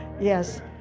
Yes